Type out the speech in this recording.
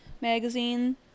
magazine